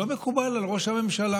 לא מקובל על ראש הממשלה.